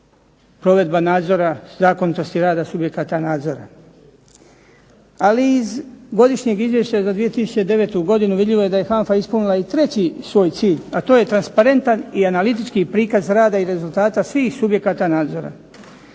provedba nadzora zakonitosti rada subjekata nadzora. Ali iz Godišnjeg izvješća za 2009. godinu vidljivo je da je HANFA ispunila i treći svoj cilj, a to je transparentan i analitički prikaz rada i rezultata svih subjekata nadzora.